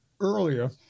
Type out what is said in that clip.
earlier